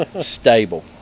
stable